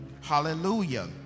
hallelujah